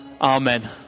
Amen